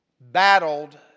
battled